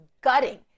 gutting